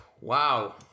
wow